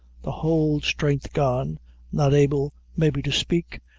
the whole strength gone not able, maybe, to spake,